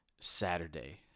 Saturday